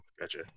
gotcha